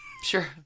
Sure